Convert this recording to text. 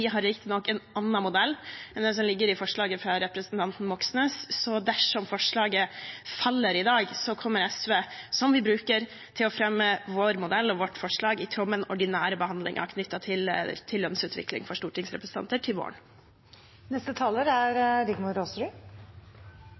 har riktignok en annen modell enn den som ligger i forslaget fra representanten Moxnes, så dersom forslaget faller i dag, kommer SV, som vi bruker, til å fremme vår modell og vårt forslag i tråd med den ordinære behandlingen knyttet til lønnsutvikling for stortingsrepresentanter til